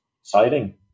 exciting